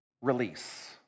release